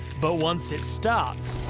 but once it starts,